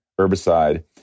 herbicide